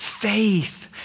faith